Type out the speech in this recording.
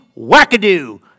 wackadoo